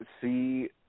see